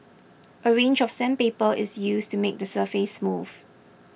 a range of sandpaper is used to make the surface smooth